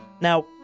Now